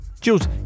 Jules